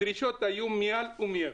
הדרישות היו מעל ומעבר.